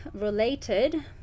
related